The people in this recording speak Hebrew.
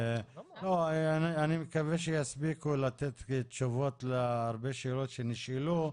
אני מקווה שיספיקו לתת תשובות להרבה שאלות שנשאלו.